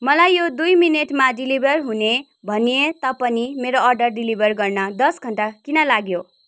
मलाई यो दुई मिनेटमा डेलिभर हुने भनिए तापनि मेरो अर्डर डेलिभर गर्न दस घन्टा किन लाग्यो